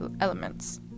elements